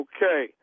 Okay